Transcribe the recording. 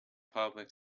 public